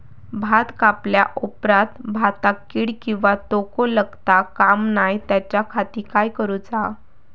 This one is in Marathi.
भात कापल्या ऑप्रात भाताक कीड किंवा तोको लगता काम नाय त्याच्या खाती काय करुचा?